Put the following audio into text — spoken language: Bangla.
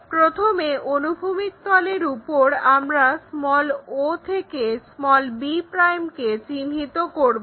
প্রথমে অনুভূমিক তলের উপর আমরা o থেকে b কে চিহ্নিত করবো